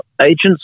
agents